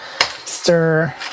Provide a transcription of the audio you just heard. stir